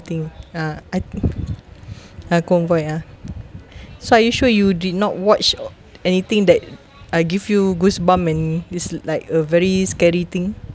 thing uh I a convoy uh so are you sure you did not watch anything that uh give you goosebumps and is like a very scary thing